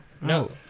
no